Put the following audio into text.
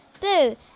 Boo